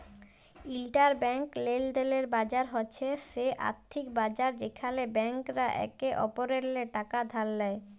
interbank লেলদেলের বাজার হছে সে আথ্থিক বাজার যেখালে ব্যাংকরা একে অপরেল্লে টাকা ধার লেয়